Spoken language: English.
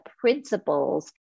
principles